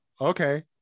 Okay